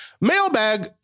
mailbag